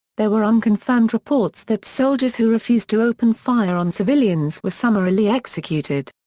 there were unconfirmed reports that soldiers who refused to open fire on civilians were summarily executed.